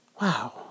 wow